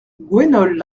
gwenole